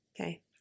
Okay